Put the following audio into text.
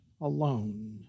alone